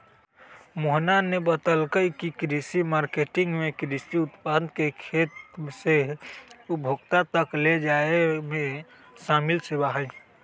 मोहना ने बतल कई की कृषि मार्केटिंग में कृषि उत्पाद के खेत से उपभोक्ता तक ले जाये में शामिल सेवा हई